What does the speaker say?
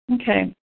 Okay